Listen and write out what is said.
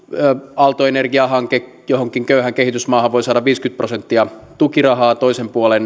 aaltoenergiahanke johonkin köyhään kehitysmaahan voi saada viisikymmentä prosenttia tukirahaa toisen puolen